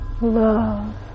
Love